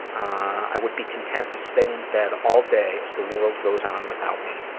i would be content to stay in bed all day as the world goes on without me.